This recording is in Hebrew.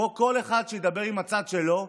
בואו, שכל אחד ידבר עם הצד שלו,